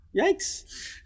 Yikes